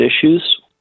issues